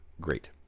great